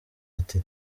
ati